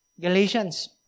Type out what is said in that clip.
Galatians